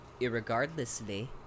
irregardlessly